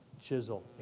chisel